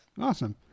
Awesome